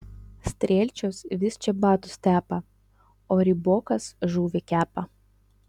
strielčius vis čebatus tepa o rybokas žuvį kepa